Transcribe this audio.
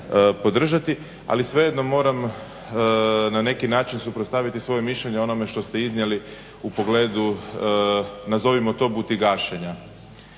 podržati, ali svejedno moram na neki način suprotstaviti svoje mišljenje onome što ste iznijeli u pogledu nazovimo to butigašenjem.